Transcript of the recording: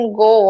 go